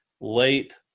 late